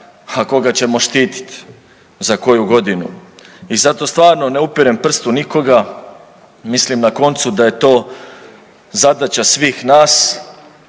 ha koga ćemo štititi za koju godinu? I zato stvarno ne upirem prst u nikoga, mislim na koncu da je to zadaća svih nas